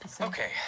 Okay